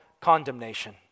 condemnation